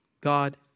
God